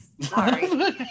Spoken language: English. Sorry